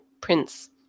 Prince